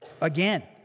again